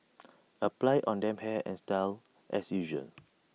apply on damp hair and style as usual